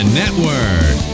network